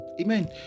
amen